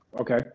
Okay